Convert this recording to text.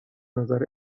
نظر